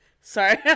Sorry